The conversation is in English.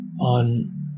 on